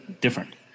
different